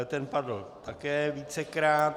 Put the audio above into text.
Ten padl také vícekrát.